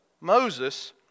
Moses